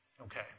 Okay